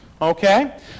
okay